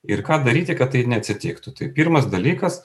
ir ką daryti kad tai neatsitiktų tai pirmas dalykas